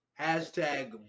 Hashtag